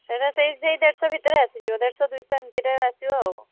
ସେଇଟା ସେଇ ସେଇ ଦେଢ଼ ଶହ ଭିତରେ ଆସିଯିବ ଦେଢ଼ ଶହ ଦୁଇ ଶହ ଏମିତିରେ ଆସିବ ଆଉ